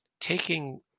taking